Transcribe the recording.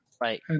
Right